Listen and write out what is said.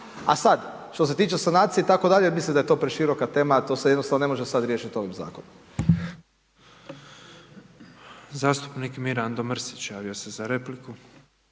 A sad, što se tiče sanacije itd., mislim da je to preširoka tema a to se jednostavno ne može sad riješiti ovim zakonom. **Petrov, Božo (MOST)** Zastupnik Mirando Mrsić, javio se za repliku.